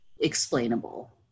explainable